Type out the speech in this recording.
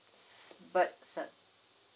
s~ birth cert